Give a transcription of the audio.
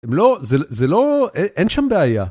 הם לא... זה לא... אין שם בעיה.